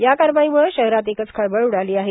या कारवाईमुळ शहरात एकच खळबळ उडालां आहे